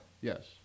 Yes